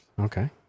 Okay